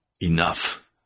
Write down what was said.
enough